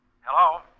Hello